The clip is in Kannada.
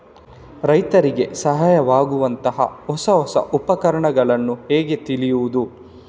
ರೈತರಿಗೆ ಸಹಾಯವಾಗುವಂತಹ ಹೊಸ ಹೊಸ ಉಪಕರಣಗಳನ್ನು ಹೇಗೆ ತಿಳಿಯುವುದು?